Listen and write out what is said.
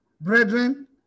Brethren